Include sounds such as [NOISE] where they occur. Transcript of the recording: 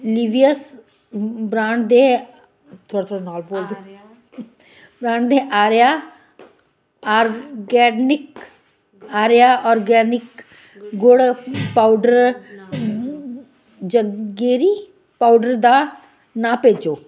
ਨਿਵਿਆਸ brand ਦੇ [UNINTELLIGIBLE] band ਦੇ ਆਰਿਆ ਆਰਗੈਨਿਕ ਆਰਿਆ ਔਰਗੈਨਿਕ ਗੁੜ ਪਾਊਡਰ ਜਗੀਰੀ ਪਾਊਡਰ ਦਾ ਨਾ ਭੇਜੋ